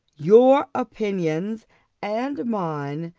your opinions and mine,